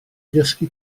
dysgu